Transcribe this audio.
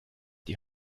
die